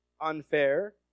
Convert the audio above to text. unfair